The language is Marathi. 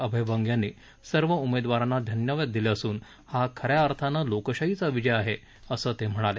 अभय बंग यांनी सर्व उमेदवारांना धन्यवाद दिले असून हा खऱ्या अर्थाने लोकशाहीचा विजय आहे असं ते म्हणाले